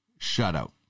shutout